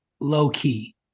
low-key